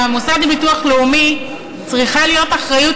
על המוסד לביטוח לאומי צריכה להיות אחריות